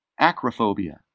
acrophobia